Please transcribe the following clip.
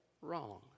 wrong